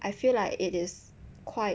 I feel like it is quite